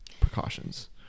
precautions